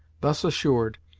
thus assured,